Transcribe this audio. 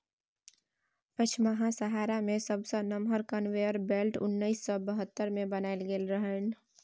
पछिमाहा सहारा मे सबसँ नमहर कन्वेयर बेल्ट उन्नैस सय बहत्तर मे बनाएल गेल रहनि